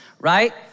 right